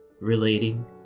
relating